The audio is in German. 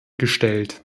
gestellt